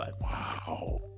Wow